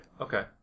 Okay